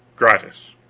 gratis,